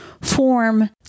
form